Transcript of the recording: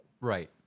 right